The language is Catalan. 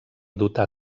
dotar